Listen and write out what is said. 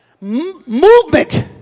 Movement